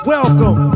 Welcome